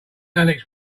alex